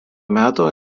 meto